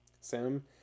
Sam